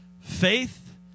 Faith